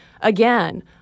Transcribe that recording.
again